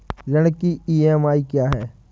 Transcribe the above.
ऋण की ई.एम.आई क्या है?